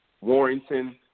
Warrington